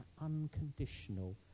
unconditional